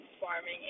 farming